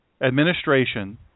administration